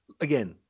again